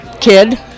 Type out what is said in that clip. Kid